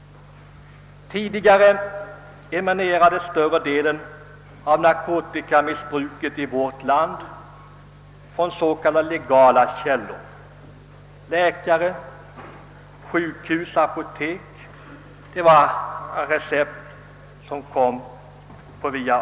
Tidigare emanerade större delen av narkotikamissbruket i vårt land från s.k. legala källor — läkare, sjukhus, apotek — via recept på avvägar.